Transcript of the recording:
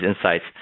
insights